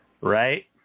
Right